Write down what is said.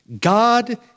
God